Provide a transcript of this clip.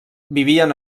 vivien